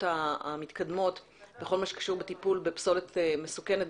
המתקדמות בכל מה שקשור בטיפול בפסולת מסוכנת,